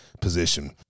position